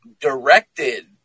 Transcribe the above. directed